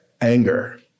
anger